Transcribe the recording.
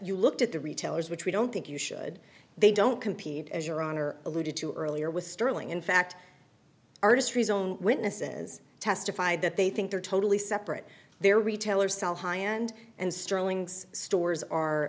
you looked at the retailers which we don't think you should they don't compete as your honor alluded to earlier with sterling in fact our histories own witnesses testified that they think they're totally separate they're retailers sell high end and sterling's stores are